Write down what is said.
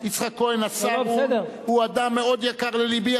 יצחק כהן השר הוא אדם מאוד יקר ללבי,